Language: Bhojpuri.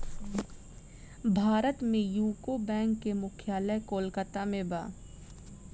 भारत में यूको बैंक के मुख्यालय कोलकाता में बा